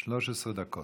13 דקות,